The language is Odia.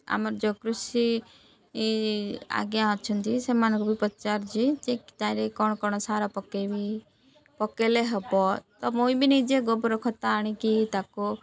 ଆମର ଯେଉଁ କୃଷି ଆଜ୍ଞା ଅଛନ୍ତି ସେମାନଙ୍କୁ ବି ପଚାରୁଛି ଯେ ତାର କ'ଣ କ'ଣ ସାର ପକେଇବି ପକେଇଲେ ହବ ତ ମୁଇଁ ବି ନିଜେ ଗୋବର ଖତ ଆଣିକି ତାକୁ